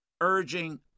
urging